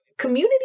community